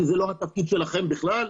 שזה לא התפקיד שלכם בכלל.